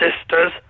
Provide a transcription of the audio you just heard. sister's